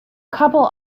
couple